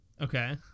Okay